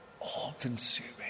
all-consuming